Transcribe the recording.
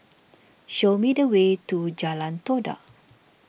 show me the way to Jalan Todak